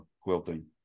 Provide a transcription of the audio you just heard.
quilting